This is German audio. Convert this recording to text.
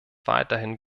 weiterhin